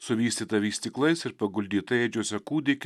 suvystytą vystyklais ir paguldytą ėdžiose kūdikį